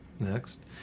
Next